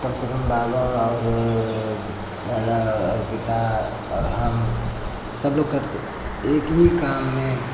कम से कम बाबा और दादा और पिता और हम सब लोग करते एक ही काम में